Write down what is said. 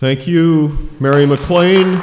thank you very much pla